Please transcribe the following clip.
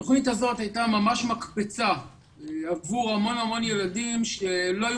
התוכנית הזאת הייתה ממש מקפצה עבור המון ילדים שלא היו